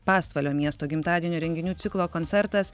pasvalio miesto gimtadienio renginių ciklo koncertas